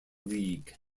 league